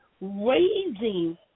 raising